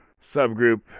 subgroup